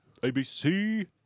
ABC